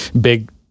big